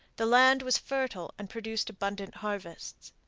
the land was fertile and produced abundant harvests.